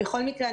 בכל מקרה,